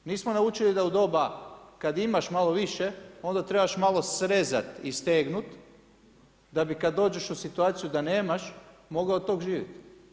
Nismo naučili da u doba kada imaš malo više onda trebaš malo srezati i stegnuti da bi kada dođeš u situaciju da nemaš mogao od toga živjeti.